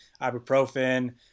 ibuprofen